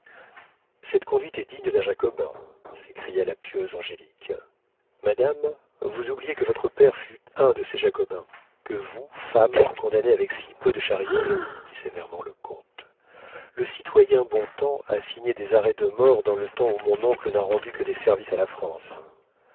cette conduite est digne d'un jacobin s'écria la pieuse angélique madame vous oubliez que votre père fut un de ces jacobins que vous femme condamnez avec si peu de charité dit sévèrement le comte le citoyen bontems a signé des arrêts de mort dans le temps où mon oncle n'a rendu que des services à la france